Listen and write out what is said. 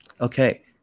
Okay